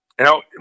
Now